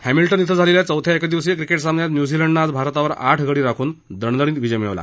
हस्रील्टन अं झालेल्या चौथ्या एकदिवसीय क्रिकेट सामन्यात न्युझीलंडनं आज भारतावर आठ गडी राखून दणदणीत विजय मिळवला